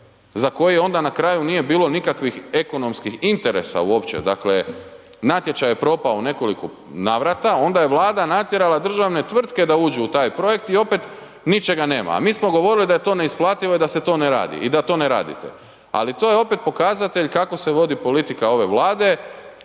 za koji je onda na kraju nije bilo nikakvih ekonomskih interesa uopće. Dakle, natječaj je propao u nekoliko navrata, onda je Vlada natjerala državne tvrtke da uđu u taj projekt i opet ničega nema, a mi smo govorili da je to neisplativo i da se to ne radi i da to ne radite. Ali, to je opet pokazatelj kako se vodi politika ove Vlade.